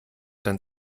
dann